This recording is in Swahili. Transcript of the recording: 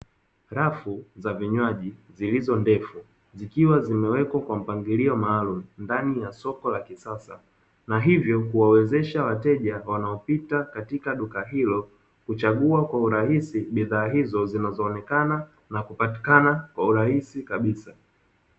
Rafu za vinywaji zilizo ndefu zikiwa zimewekwa kwa mpangilio maalumu, ndani ya soko la kisasa na hivyo kuwawezesha wateja wanaopita katika duka hilo, kuchagua kwa urahisi bidhaa hizo zinazoonekana na kupatikana kwa urahisi kabisa.